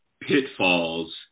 pitfalls